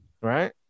right